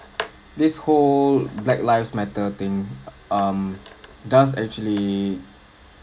this whole black lives matter thing um does actually